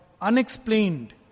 unexplained